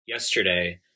Yesterday